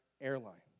airline